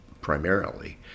primarily